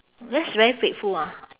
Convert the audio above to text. that's very faithful ah